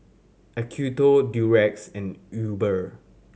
Acuto Durex and Uber